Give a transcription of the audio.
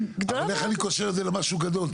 --- אבל איך אני קושר את זה למשהו גדול?